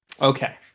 Okay